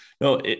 No